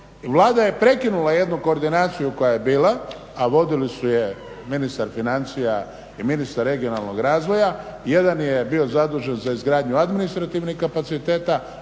Vlada je prekinula jednu koordinaciju koja je bila a vodili su je ministar financija i ministar regionalnog razvoja. Jedan je bio zadužen za izgradnju administrativnih kapaciteta